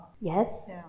Yes